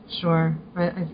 Sure